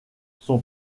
son